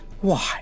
Why